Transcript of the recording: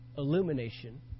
illumination